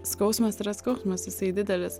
skausmas yra skausmas jisai didelis